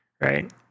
right